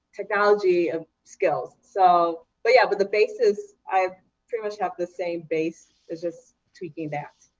technology um skills. so but yeah, but the basis i pretty much have the same base. it's just tweaking that?